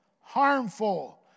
harmful